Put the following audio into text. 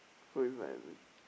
so it's like